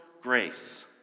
grace